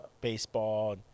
baseball